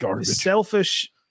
selfish